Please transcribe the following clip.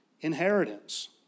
inheritance